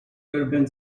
urban